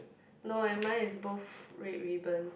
no eh mine is both red ribbon